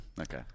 Okay